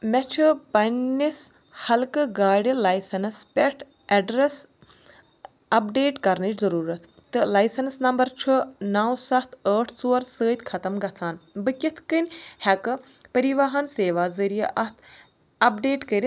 مےٚ چھُ پننِس ہلکہٕ گاڑٕ لایسنَس پٮ۪ٹھ ایٚڈریٚس اپڈیٹ کرنٕچ ضروٗرت تہٕ لایسنٕس نمبر چھُ نَو سَتھ ٲٹھ ژور سۭتۍ ختم گژھان بہٕ کتھ کٔنۍ ہیٚکہٕ پریٖواہن سیوا ذریعہٕ اتھ اپڈیٹ کٔرتھ